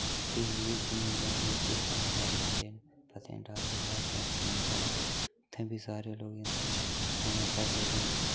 भी घूमी घामियै सनासर जन्दे न पत्नीटॉप दे कशा सनासर उ'त्थें बी सारे लोग अग्गें जन्दे न सनासर जेह्ड़ी इक